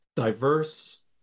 diverse